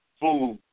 food